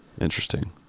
Interesting